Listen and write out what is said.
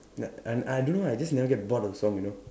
like I I don't know I just never get bored of that song you know